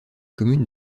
commune